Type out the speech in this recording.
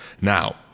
Now